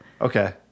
Okay